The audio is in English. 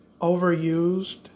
overused